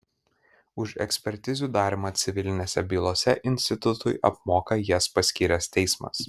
už ekspertizių darymą civilinėse bylose institutui apmoka jas paskyręs teismas